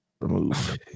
Remove